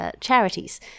charities